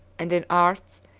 and in arts,